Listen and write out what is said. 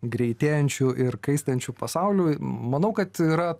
greitėjančiu ir kaistančiu pasauliu manau kad yra